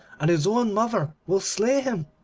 and his own mother will slay him.